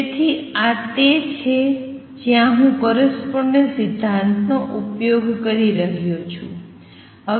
તેથી આ તે છે જ્યાં હું કોરસ્પોંડેન્સ સિદ્ધાંતનો ઉપયોગ કરી રહ્યો છું